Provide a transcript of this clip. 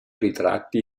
ritratti